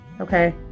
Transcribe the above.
okay